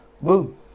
boom